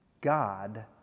God